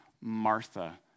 Martha